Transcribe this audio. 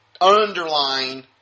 underlying